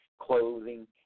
clothing